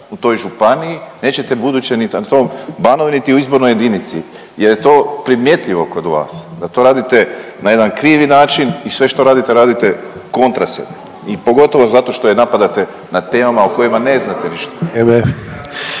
u toj županiji, nećete buduće … Banovini niti u izbornoj jedinici jer je to primjetljivo kod vas da to radite na jedan krivi način i sve što radite, radite kontra sebe. I pogotovo zato što je napadate na temama o kojima ne znate ništa.